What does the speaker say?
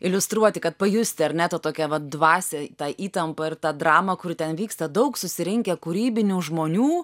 iliustruoti kad pajusti ar ne tą tokia vat dvasią tą įtampą ir tą dramą kuri ten vyksta daug susirinkę kūrybinių žmonių